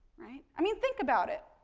right. i mean, think about it.